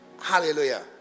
Hallelujah